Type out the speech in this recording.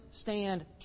stand